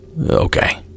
okay